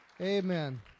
Amen